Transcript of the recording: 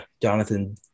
Jonathan